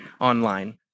online